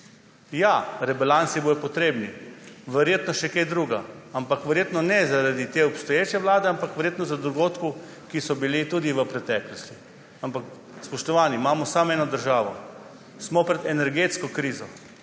Ja, rebalansi bodo potrebni, verjetno še kaj drugega. Ampak verjetno ne zaradi te obstoječe vlade, ampak zaradi dogodkov, ki so bili tudi v preteklosti. Spoštovani, imamo samo eno državo, smo pred energetsko krizo,